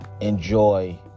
Enjoy